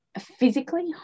physically